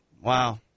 Wow